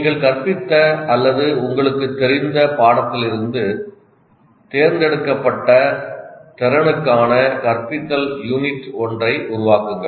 நீங்கள் கற்பித்த அல்லது உங்களுக்குத் தெரிந்த பாடத்திலிருந்து தேர்ந்தெடுக்கப்பட்ட திறனுக்கான கற்பித்தல் யூனிட் ஒன்றை உருவாக்குங்கள்